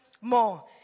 more